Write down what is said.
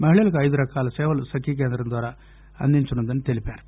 మహిళలకు ఐదు రకాల సేవలు సఖి కేంద్రం ద్వారా అందించనుందని తెలిపారు